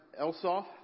Elsoff